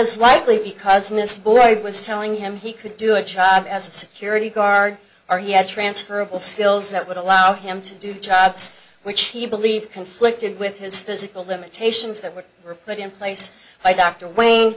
is likely because mr boyd was telling him he could do a child as a security guard or he had transferable skills that would allow him to do jobs which he believed conflicted with his physical limitations that were were put in place by dr wayne